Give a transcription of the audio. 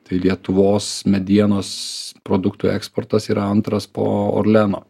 tai lietuvos medienos produktų eksportas yra antras po orleno